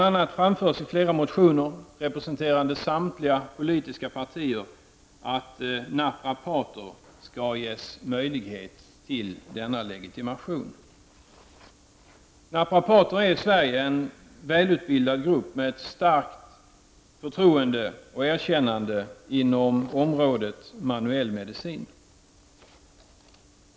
a. framförs i flera motioner, representerande samtliga politiska partier, att naprapater skall ges möjlighet till legitimation. Naprapater är i Sverige en välutbildad grupp, med ett starkt förtroende och erkännande inom området manuell medicin.